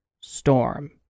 Storm